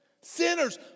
sinners